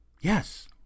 Yes